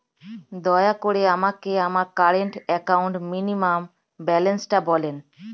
দয়া করে আমাকে আমার কারেন্ট অ্যাকাউন্ট মিনিমাম ব্যালান্সটা বলেন